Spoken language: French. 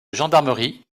gendarmerie